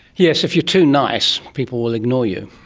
yes, if you're too nice, people will ignore you.